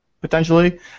potentially